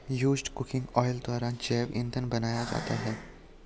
used cooking oil द्वारा जैव इंधन बनाया जाता है